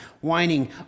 Whining